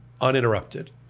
uninterrupted